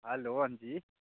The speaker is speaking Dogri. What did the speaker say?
हलो हंजी